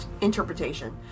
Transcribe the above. interpretation